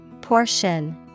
Portion